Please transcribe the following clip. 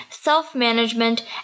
self-management